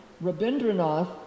Rabindranath